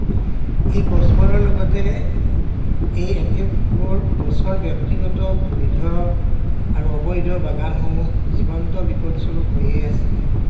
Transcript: এই গছবোৰৰ লগতে এই একেবোৰ গছৰ ব্যক্তিগত বৈধ আৰু অবৈধ বাগানসমূহ জীৱন্ত বিপদস্বৰূপ হৈয়েই আছে